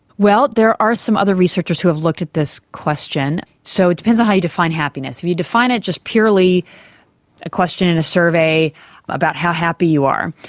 well, there are some other researchers who have looked at this question. so it depends on how you define happiness. if you define it, just purely a question in a survey about how happy you are,